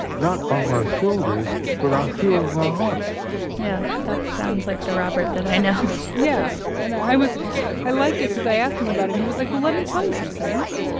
not on my shoulders cause i feel in my heart yeah, that sounds like the robert that i know yeah. and i was i liked it cause i asked him about it. and he was like, well, let me tell you some things.